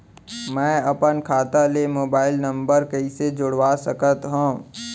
मैं अपन खाता ले मोबाइल नम्बर कइसे जोड़वा सकत हव?